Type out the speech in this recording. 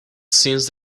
since